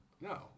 no